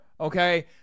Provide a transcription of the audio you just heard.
okay